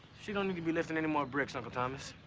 she's don't need to be lifting any more bricks, uncle thomas.